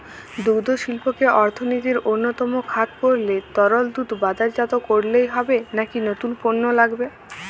দুগ্ধশিল্পকে অর্থনীতির অন্যতম খাত করতে তরল দুধ বাজারজাত করলেই হবে নাকি নতুন পণ্য লাগবে?